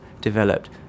developed